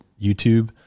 YouTube